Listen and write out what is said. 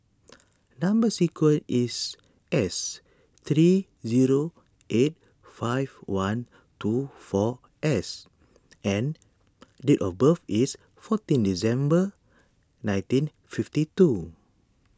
Number Sequence is S three zero eight five one two four S and date of birth is fourteen December nineteen fifty two